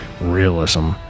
realism